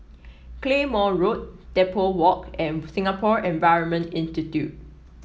Claymore Road Depot Walk and Singapore Environment Institute